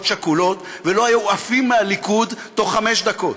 שכולות ולא היו עפים מהליכוד תוך חמש דקות.